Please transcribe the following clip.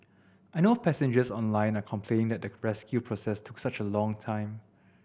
I know passengers online are complaining that the rescue process took such a long time